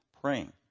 praying